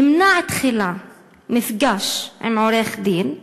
נמנע תחילה מפגש עם עורך-דין,